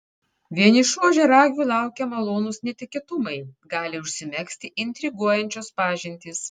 vienišų ožiaragių laukia malonūs netikėtumai gali užsimegzti intriguojančios pažintys